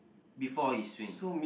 before he swing